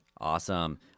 Awesome